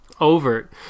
overt